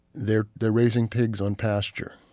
they're they're raising pigs on pasture,